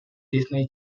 disney